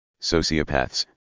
sociopaths